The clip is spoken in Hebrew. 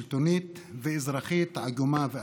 שלטונית ואזרחית עגומה ואפלה,